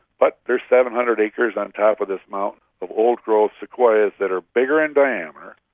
but they are seven hundred acres on top of this mountain of old-growth sequoias that are bigger in diameter,